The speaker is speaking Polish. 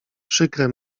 przykre